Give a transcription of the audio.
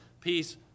peace